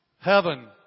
heaven